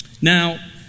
Now